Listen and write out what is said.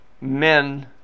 men